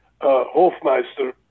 hofmeister